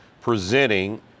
presenting